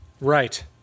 right